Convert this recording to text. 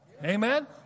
Amen